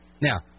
Now